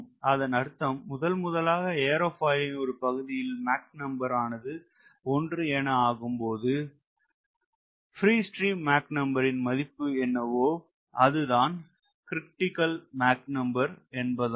அதன் அர்த்தம் முதன் முதலாக ஏரோபாயிலின் ஒருபகுதியில் மாக் நம்பர் ஆனது 1 என ஆகும் போது பிரீஸ்ட்ரீம் மாக் நம்பர் ன் மதிப்பு என்னவோ அது தான் க்ரிட்டிக்கல் மாக் நம்பர் என்பதாகும்